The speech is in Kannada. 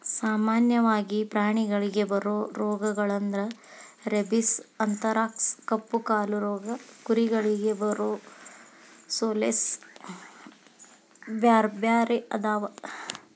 ಸಾಮನ್ಯವಾಗಿ ಪ್ರಾಣಿಗಳಿಗೆ ಬರೋ ರೋಗಗಳಂದ್ರ ರೇಬಿಸ್, ಅಂಥರಾಕ್ಸ್ ಕಪ್ಪುಕಾಲು ರೋಗ ಕುರಿಗಳಿಗೆ ಬರೊಸೋಲೇಸ್ ಬ್ಯಾರ್ಬ್ಯಾರೇ ಅದಾವ